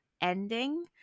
ending